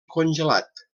congelat